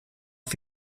auf